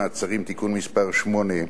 מעצרים) (תיקון מס' 8)